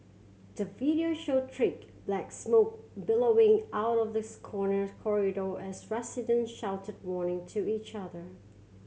the video showed trick black smoke billowing out of this corner corridor as residents shouted warning to each other